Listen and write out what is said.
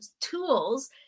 tools